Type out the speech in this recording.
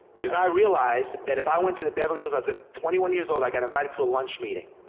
cause i realized that if i went to the beverly hills, i was at twenty one years old, i got invited to a lunch meeting,